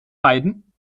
beiden